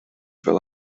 fel